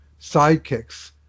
sidekicks